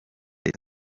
leta